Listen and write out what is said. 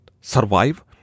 survive